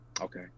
Okay